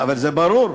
אבל זה ברור.